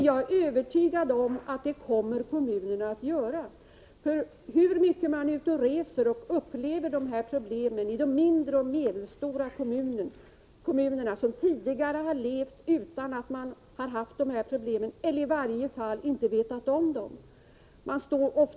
Jag är övertygad om att kommunerna kommer att göra sådana ändå. När man är ute och reser ser man också i de mindre och medelstora kommuner, som tidigare inte haft dessa problem eller i varje fall inte vetat om dem, att man nu upplever problemen.